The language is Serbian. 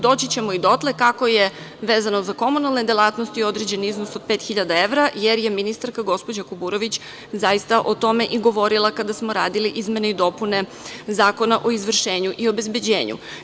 Doći ćemo i dotle kako je, vezano za komunalne delatnosti, određen iznos od pet hiljada evra, jer je ministarka, gospođa Kuburović, zaista o tome i govorila kada smo radili izmene i dopune Zakona o izvršenju i obezbeđenju.